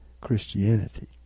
Christianity